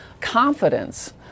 confidence